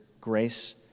grace